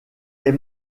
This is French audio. est